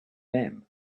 them